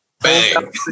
Bang